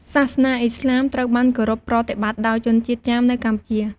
សាសនាអ៊ីស្លាមត្រូវបានគោរពប្រតិបត្តិដោយជនជាតិចាមនៅកម្ពុជា។